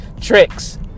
tricks